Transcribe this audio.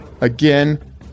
again